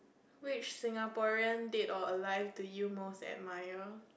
which Singaporean dead or alive do you most admire